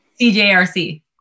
CJRC